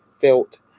felt